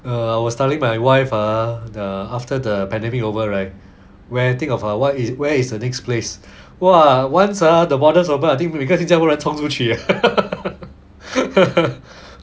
uh I was telling my wife ah after the pandemic over right where think of uh what is where is the next place !wah! once ah the borders open I think 每个新加坡人冲出去